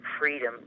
freedom